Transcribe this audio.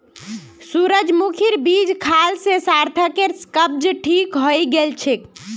सूरजमुखीर बीज खाल से सार्थकेर कब्ज ठीक हइ गेल छेक